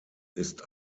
ist